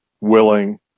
willing